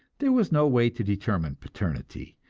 there was no way to determine paternity,